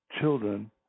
children